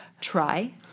try